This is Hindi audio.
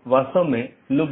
इसलिए open मेसेज दो